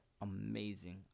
amazing